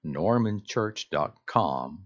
normanchurch.com